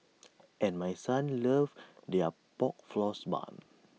and my son loves their Pork Floss Bun